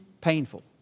painful